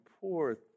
poor